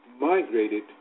migrated